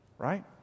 right